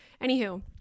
anywho